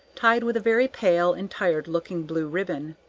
tied with a very pale and tired-looking blue ribbon.